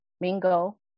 mingo